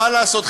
מה לעשות,